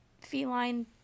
feline